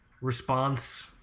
Response